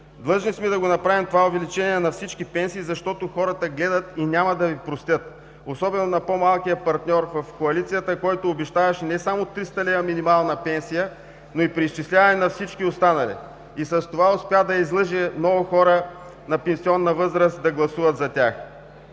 Длъжни сме да направим това увеличение на всички пенсии, защото хората гледат и няма да Ви простят, особено на по-малкия партньор в коалицията, който обещаваше не само 300 лв. минимална пенсия, но и преизчисляване на всички останали. С това успя да излъже много хора на пенсионна възраст да гласуват за тях.